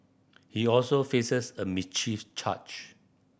he also faces a mischief charge